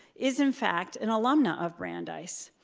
is in fact an alumni of brandeis.